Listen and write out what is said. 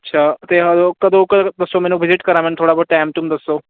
ਅੱਛਾ ਤੇ ਅ ਦੋ ਕਰ ਦੱਸੋ ਮੈਨੂੰ ਵਿਜ਼ਿਟ ਕਰਾਂ ਮੈਨੂੰ ਥੋੜ੍ਹਾ ਬਹੁਤ ਟੈਮ ਟੂਮ ਦੱਸੋ